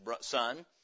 son